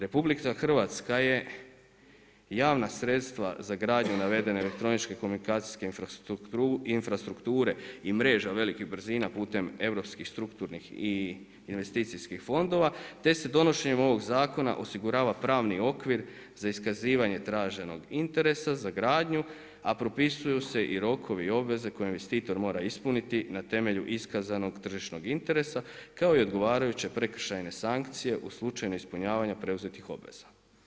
RH, je javna sredstva za gradnju navedene elektroničke komunikacijske infrastrukture i mreža velikih brzina putem europskih, strukturnih i investicijskih fondova, te se donošenjem ovog zakona, osigurava pravni okvir za iskazivanje traženog interesa, za gradnju, a propisuju se i rokovi, obveze, koje investitor mora ispuniti na temelju iskazanog tržišnog interesa, kao i odgovarajuće prekršajne sankcije u slučajno ispunjavanje preuzetih obveza.